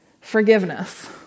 Forgiveness